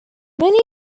many